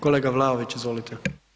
Kolega Vlaović, izvolite.